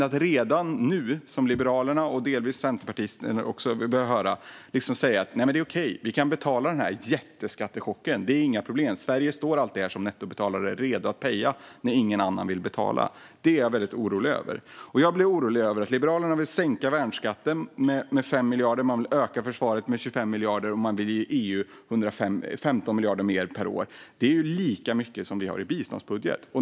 Att redan nu, som Liberalerna och delvis Centerpartiet, säga att det är okej, vi kan betala denna jätteskattechock, det är inga problem och Sverige står alltid här som nettobetalare redo att "paya" när ingen annan vill betala. Detta är jag väldigt orolig över. Jag blir också orolig över att Liberalerna vill sänka värnskatten med 5 miljarder, öka försvaret med 25 miljarder och ge EU 15 miljarder mer per år. Det är ju lika mycket som vi har i biståndsbudget.